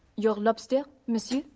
your lobster, monsieur.